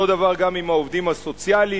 אותו הדבר גם עם העובדים הסוציאליים.